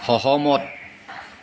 সহমত